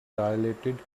dilated